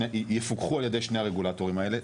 יפוקחו על ידי שני הרגולטורים האלה.